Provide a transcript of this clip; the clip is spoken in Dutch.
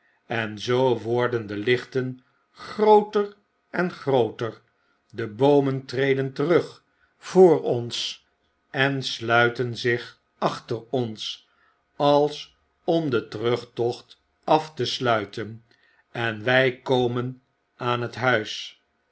en zoo worden de lichten grooter en grooter de boomen treden terug voor ons en sluiten zich achter ons als om den terugtocht af te sluiten en wy komen aan het huis